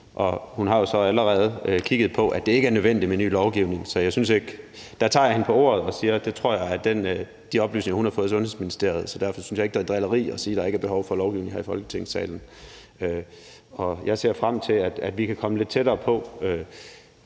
Hun har jo så allerede kigget på det og sagt, at det ikke er nødvendigt med ny lovgivning. Der tager jeg hende på ordet og tror på de oplysninger, hun har fået fra Sundhedsministeriet, og derfor synes jeg ikke, at det er drilleri at sige, at der ikke er behov for lovgivning her i Folketingssalen. Jeg ser frem til, at vi kan komme lidt tættere på,